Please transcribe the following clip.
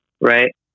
right